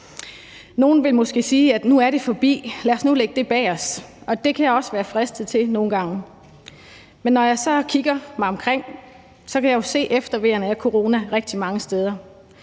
Nogle vil måske sige, at nu er det forbi, lad os nu lægge det bag os, og det kan jeg også være fristet til nogle gange. Men når jeg så kigger mig omkring, kan jeg jo se efterveerne af corona rigtig mange steder.